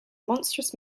monstrous